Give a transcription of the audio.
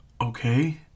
Okay